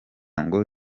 ngo